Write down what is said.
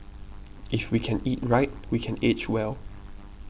if we can eat right we can age well